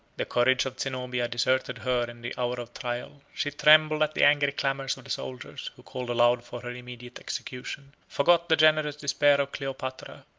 the courage of zenobia deserted her in the hour of trial she trembled at the angry clamors of the soldiers, who called aloud for her immediate execution, forgot the generous despair of cleopatra,